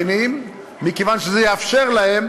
מכיוון שזה יאפשר להם